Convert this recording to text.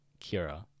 Kira